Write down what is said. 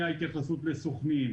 מההתייחסות לסוכנים,